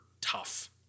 tough